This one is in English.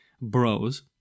bros